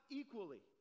equally